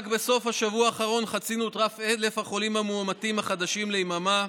רק בסוף השבוע האחרון חצינו את רף 1,000 החולים המאומתים החדשים ליממה,